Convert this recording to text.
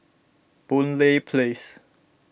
Boon Lay Place